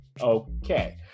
Okay